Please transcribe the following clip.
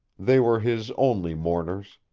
they were his only mourners,